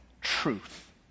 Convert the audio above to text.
truth